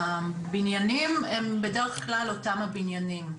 הבניינים הם בדרך כלל אותם הבניינים.